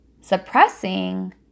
suppressing